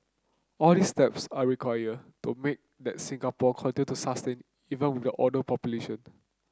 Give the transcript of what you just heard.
all these steps are required to make that Singapore continue to sustain even with an older population